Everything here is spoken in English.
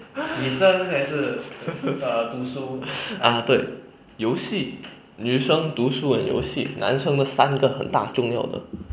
ah 对游戏女生读书和游戏男生的三个很大重要的